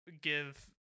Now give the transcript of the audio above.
give